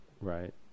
right